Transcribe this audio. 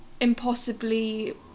impossibly